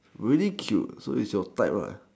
really cute so is your type